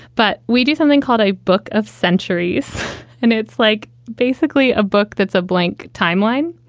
but we do something called a book of centuries and it's like basically a book that's a blank timeline.